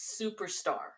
superstar